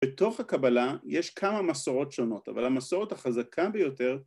‫בתוך הקבלה יש כמה מסורות שונות, ‫אבל המסורת החזקה ביותר...